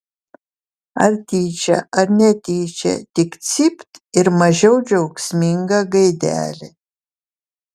ar tyčia ar netyčia tik cypt ir mažiau džiaugsminga gaidelė